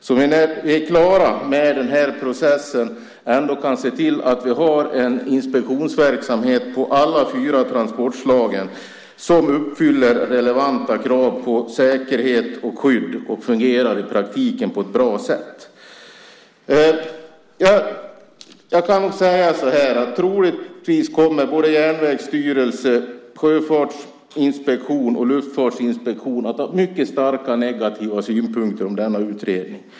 När vi är klara med den här processen måste vi kunna se till att vi har en inspektionsverksamhet för alla fyra transportslagen som uppfyller relevanta krav på säkerhet och skydd och som fungerar i praktiken på ett bra sätt. Troligtvis kommer både järnvägsstyrelse, sjöfartsinspektion och luftfartsinspektion att ha mycket starka negativa synpunkter på denna utredning.